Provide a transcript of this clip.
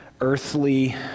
earthly